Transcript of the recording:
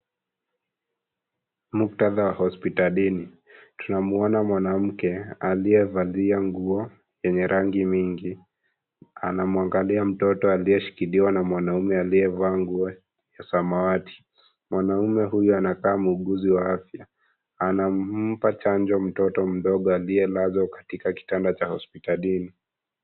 Muktadha wa hospitalini . Tunamwona mwanamke aliyevalia nguo yenye rangi mingi . Anamwangalia mtoto aliyeshikiliwa na mwanaume aliyevaa nguo ya samawati . Mwanaume huyu anakaa muuguzi wa afya, anampa chanjo mtoto mdogo aliyelazwa kwenye kitanda cha hospitalini.